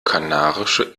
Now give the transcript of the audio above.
kanarische